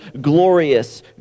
glorious